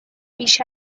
بیش